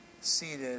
seated